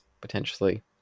potentially